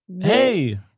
Hey